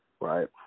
Right